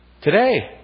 Today